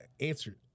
answered